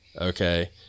Okay